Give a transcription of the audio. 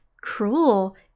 cruel